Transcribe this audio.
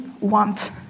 want